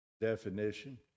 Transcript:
definition